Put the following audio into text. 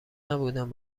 نبودم